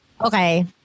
okay